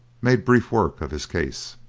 made brief work of his case.